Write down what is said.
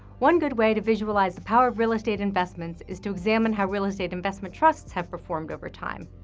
one good way to visualize the power of real estate investments is to examine how real estate investment trusts have performed over time.